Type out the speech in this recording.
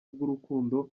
bw’urukundo